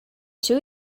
two